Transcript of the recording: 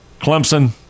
Clemson